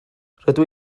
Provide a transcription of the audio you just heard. rydw